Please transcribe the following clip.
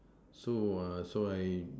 so uh so I